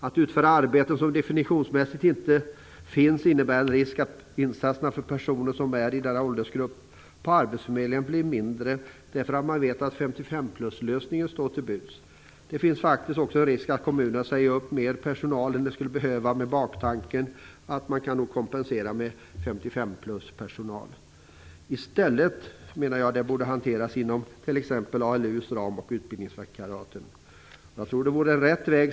Att utföra arbeten som definitionsmässigt inte finns innebär en risk för att insatserna för personer i denna åldersgrupp på arbetsförmedlingen blir mindre, därför att man vet att 55-plus-lösningen står till buds. Det finns faktiskt också en risk för att kommunerna säger upp mer personal än de skulle behöva med baktanken att man kan kompensera med 55-plus-personal. Insatsen borde i stället, menar jag, hanteras inom ramen för ALU och utbildningsvikariat. Jag tror att det vore en riktig väg.